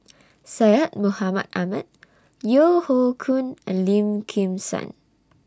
Syed Mohamed Ahmed Yeo Hoe Koon and Lim Kim San